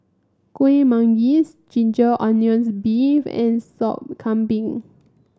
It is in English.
Kueh Manggis Ginger Onions beef and Sop Kambing